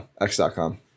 x.com